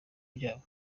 byabo